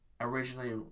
originally